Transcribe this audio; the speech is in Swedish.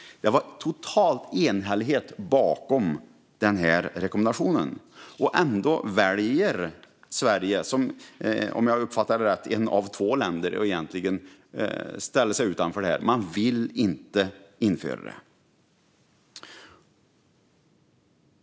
Det var total enhällighet bakom rekommendationen. Ändå väljer Sverige att som ett av två länder, om jag uppfattar det rätt, ställa sig utanför det. Man vill inte införa det.